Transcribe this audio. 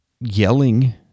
yelling